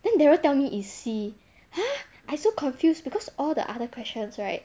then darryl tell me is C !huh! I so confuse because all the other questions right